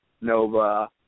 Nova